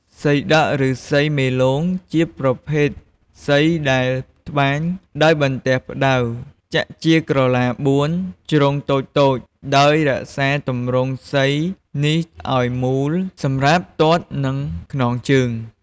សីដក់ ឬ សីមេលោងជាប្រភេទសីដែលត្បាញ ដោយបន្ទះផ្ដៅ ចាក់ជាក្រឡា ៤ ជ្រុងតូចៗដោយរក្សាទម្រង់សីនេះឲ្យមូលសម្រាប់ទាត់ នឹង ខ្នងជើង ។